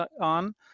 on